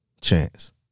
chance